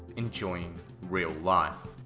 enjoying real life,